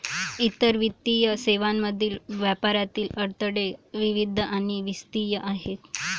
इतर वित्तीय सेवांमधील व्यापारातील अडथळे विविध आणि विस्तृत आहेत